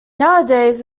nowadays